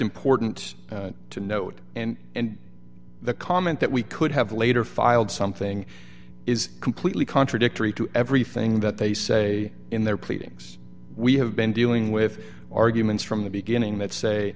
important to note and the comment that we could have later filed something is completely contradictory to everything that they say in their pleadings we have been dealing with arguments from the beginning that say